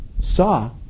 saw